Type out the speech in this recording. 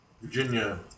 Virginia